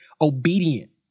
obedient